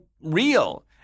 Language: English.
real